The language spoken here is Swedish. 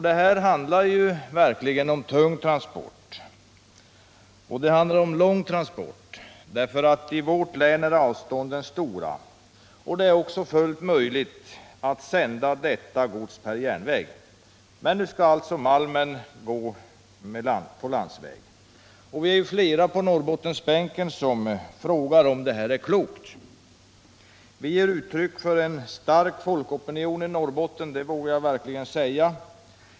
Det här handlar ju verkligen om tung transport och om lång transport, eftersom i vårt län avstånden är stora. Det är också fullt möjligt att sända detta gods per järnväg. Men nu skall alltså malmen gå på landsväg. Vi är flera på Norrbottensbänken som frågar om detta är klokt. Vi ger uttryck för en stark folkopinion i Norrbotten — det vågar jag verkligen säga.